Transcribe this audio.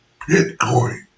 Bitcoin